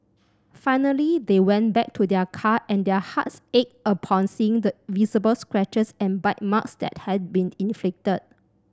finally they went back to their car and their hearts ached upon seeing the visible scratches and bite marks that had been inflicted